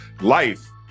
life